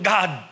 God